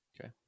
okay